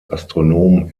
astronomen